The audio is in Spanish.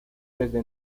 desde